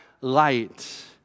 light